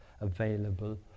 available